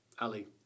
Ali